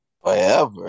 Forever